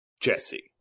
Jesse